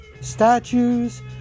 statues